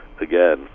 again